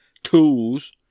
tools